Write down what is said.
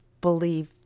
believe